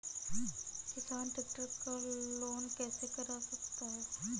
किसान ट्रैक्टर का लोन कैसे करा सकता है?